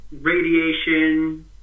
radiation